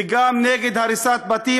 וגם נגד הריסת בתים.